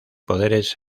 poderes